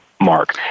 mark